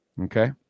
okay